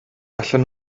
allan